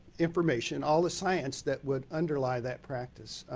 information, all the science that would underlie that practice.